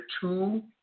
two